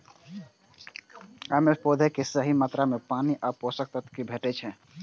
अय सं पौधा कें सही मात्रा मे पानि आ पोषक तत्व भेटै छै